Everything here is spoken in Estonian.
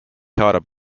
haarab